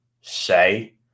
say